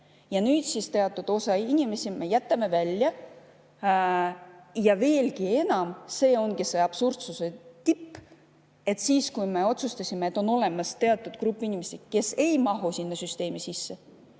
Ja nüüd me jätame teatud osa inimesi välja. Ja veelgi enam – see ongi see absurdsuse tipp –, siis, kui me otsustasime, et on olemas teatud grupp inimesi, kes ei mahu selle süsteemi sisse,